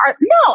No